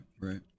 right